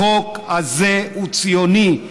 החוק הזה הוא ציוני,